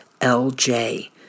LJ